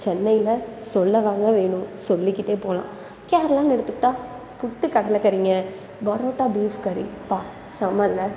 சென்னையில் சொல்லவாங்க வேணும் சொல்லிக்கிட்டே போகலாம் கேரளான்னு எடுத்துக்கிட்டால் புட்டு கடலை கறிங்க பரோட்டா பீஃப் கறி ப்பா செம்ம இல்லை